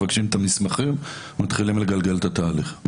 מבקשים את המסמכים ומתחילים לגלגל את התהליך.